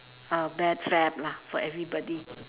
a bad fad lah for everybody